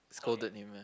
scolded him ah